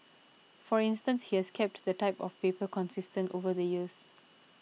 for instance he has kept the type of paper consistent over the years